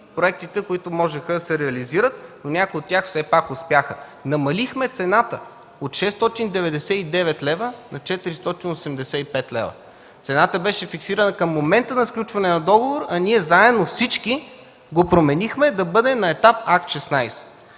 проектите, които можеха да се реализират, но някои от тях все пак успяха. Намалихме цената от 699 лв. на 485 лв. Цената беше фиксирана към момента на сключване на договор, а ние всички заедно го променихме да бъде на етап Акт 16.